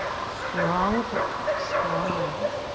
strong footing. strong legs.